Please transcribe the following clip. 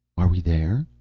are we there?